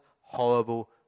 horrible